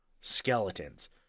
skeletons